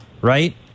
right